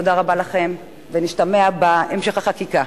תודה רבה לכם, ונשתמע בהמשך החקיקה.